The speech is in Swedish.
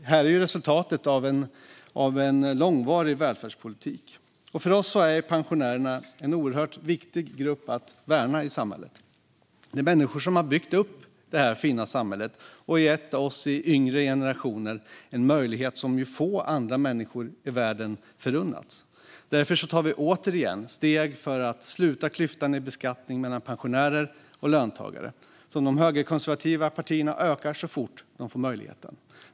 Det här är resultatet av en långvarig välfärdspolitik. För oss är pensionärerna en oerhört viktig grupp att värna i samhället. Det är människor som har byggt upp det här fina samhället och gett oss yngre generationer en möjlighet som få andra människor i världen förunnats. Därför tar vi återigen steg för att sluta klyftan i beskattning mellan pensionärer och löntagare, som de högerkonservativa partierna ökar så fort de får chansen.